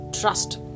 trust